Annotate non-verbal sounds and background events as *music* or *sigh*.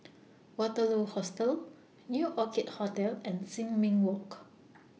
*noise* Waterloo Hostel New Orchid Hotel and Sin Ming Walk